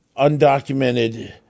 undocumented